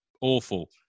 awful